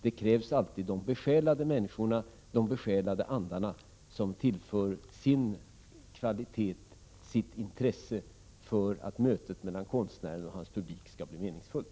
Det krävs alltid att de besjälade människorna, de besjälade andarna, tillför sin kvalitet, sitt intresse, för att mötet mellan konstnären och hans publik skall bli meningsfullt.